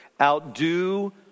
Outdo